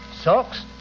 socks